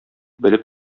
белеп